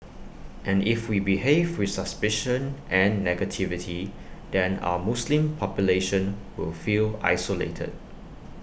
and if we behave with suspicion and negativity then our Muslim population will feel isolated